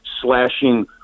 slashing